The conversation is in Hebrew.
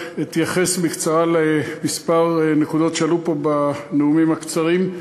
אתייחס בקצרה לכמה נקודות שעלו פה בנאומים הקצרים.